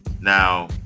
Now